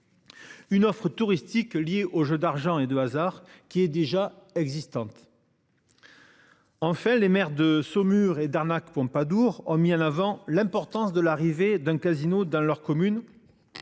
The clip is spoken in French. Une offre touristique liée aux jeux d'argent et de hasard qui est déjà existantes. En fait, les maires de Saumur et d'arnaques Pompadour ont mis en avant l'importance de l'arrivée d'un casino dans leur commune.